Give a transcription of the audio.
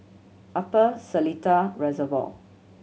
Upper Seletar Reservoir